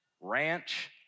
ranch